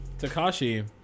Takashi